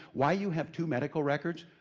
why you have two medical records,